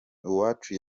uwacu